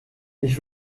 ich